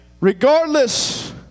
regardless